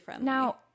now